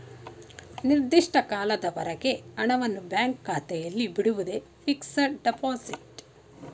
ನಿರ್ದಿಷ್ಟ ಕಾಲದವರೆಗೆ ಹಣವನ್ನು ಬ್ಯಾಂಕ್ ಖಾತೆಯಲ್ಲಿ ಬಿಡುವುದೇ ಫಿಕ್ಸಡ್ ಡೆಪೋಸಿಟ್